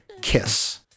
Kiss